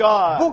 God